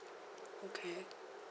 okay